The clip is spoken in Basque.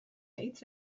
hitz